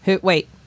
wait